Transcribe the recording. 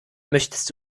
möchtest